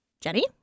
Jenny